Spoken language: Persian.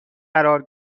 قرار